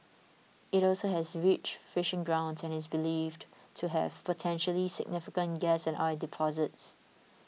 it also has rich fishing grounds and is believed to have potentially significant gas and oil deposits